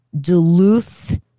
Duluth